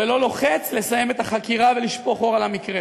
ולא לוחץ לסיים את החקירה ולשפוך אור על המקרה,